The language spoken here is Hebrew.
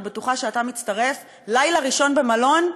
אני בטוחה שאתה מצטרף: לילה ראשון במלון,